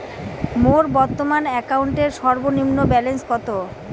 মোর বর্তমান অ্যাকাউন্টের সর্বনিম্ন ব্যালেন্স কত?